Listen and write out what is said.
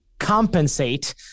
compensate